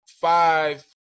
five